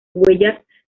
huellas